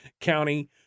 County